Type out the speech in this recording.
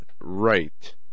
right